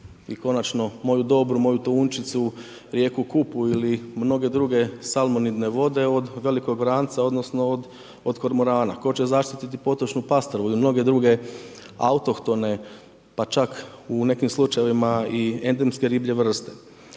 i konačno moju Dobru, moju Tončicu, rijeku Kupu ili mnoge druge salmonidne vode od velikog vranca odnosno od kormorana. Tko će zaštititi potočnu pastrvu ili mnoge druge autohtone, pa čak u nekim slučajevima i endemske riblje vrste.